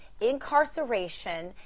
incarceration